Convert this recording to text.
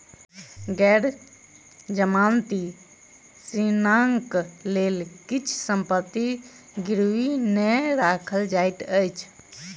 गैर जमानती ऋणक लेल किछ संपत्ति गिरवी नै राखल जाइत अछि